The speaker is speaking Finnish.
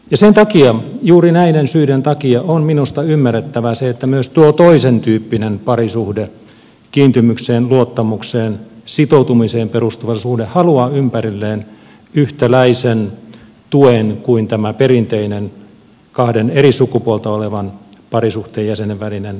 sen takia juuri näiden syiden takia on minusta ymmärrettävää se että myös tuo toisentyyppinen parisuhde kiintymykseen luottamukseen sitoutumiseen perustuva suhde haluaa ympärilleen yhtäläisen tuen kuin tämä perinteinen kahden eri sukupuolta olevan parisuhteen jäsenen välinen suhde